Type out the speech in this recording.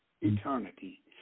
eternity